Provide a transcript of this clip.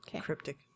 Cryptic